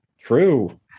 True